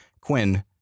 Quinn